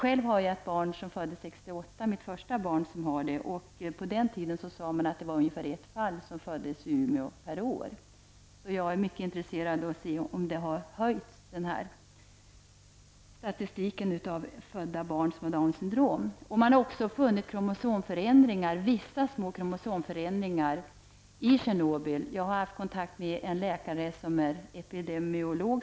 Själv har jag ett barn som föddes 1968, mitt första barn, och det har Downs syndrom. På den tiden sade man att det rörde sig om ungefär ett fall i Umeå per år. Därför är jag intresserad av att få veta om siffran har höjts. Man har också funnit vissa kromosomförändringar i Tjernobyl. Jag har haft kontakt med en läkare som är epidemiolog.